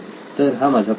तर हा माझा प्रश्न असेल